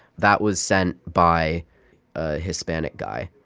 that was sent by a hispanic guy